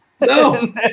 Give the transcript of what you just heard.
No